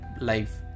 life